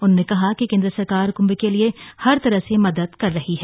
उन्होंने कहा कि केंद्र सरकार क्ंभ के लिए हर तरह से मदद कर रही है